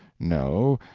no,